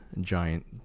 giant